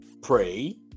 pray